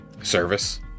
service